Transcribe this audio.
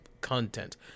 content